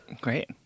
Great